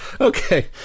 Okay